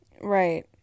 Right